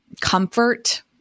comfort